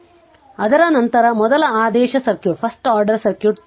ಆದ್ದರಿಂದ ಅದರ ನಂತರ ಮೊದಲ ಆದೇಶ ಸರ್ಕ್ಯೂಟ್ಗೆ ಚಲಿಸುವ